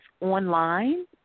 online